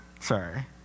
Sorry